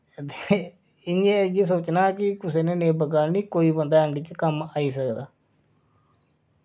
ते इयां इयै सोचना कि कुसै नै नेईं बिगाड़नी कोई बंदा एंड च कम्म आई सकदा